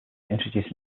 introducing